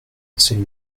celle